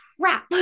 crap